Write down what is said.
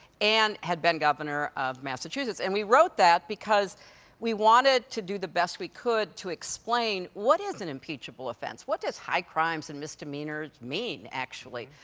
and had been governor of massachusetts, and we wrote that because we wanted to do the best we could to explain what is an impeachable offense? what does high crimes and misdemeanors mean, actually?